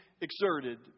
exerted